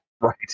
Right